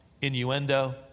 innuendo